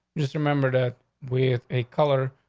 just remember that with a color,